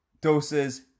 Doses